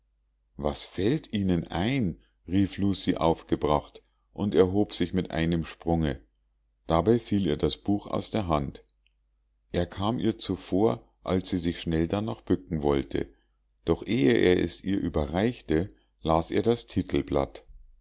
was fällt ihnen ein rief lucie aufgebracht und erhob sich mit einem sprunge dabei fiel ihr das buch aus der hand er kam ihr zuvor als sie sich schnell darnach bücken wollte doch ehe er es ihr überreichte las er das titelblatt